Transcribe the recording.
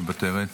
מוותרת,